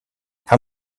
how